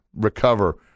recover